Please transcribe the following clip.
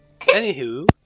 Anywho